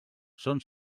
són